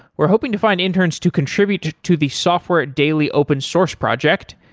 we're hoping to find interns to contribute to to the software daily open source project,